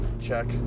check